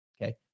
Okay